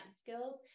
skills